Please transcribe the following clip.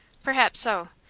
perhaps so.